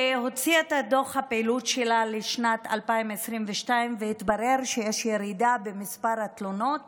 שהוציאה את דוח הפעילות שלה לשנת 2022. התברר שיש ירידה במספר התלונות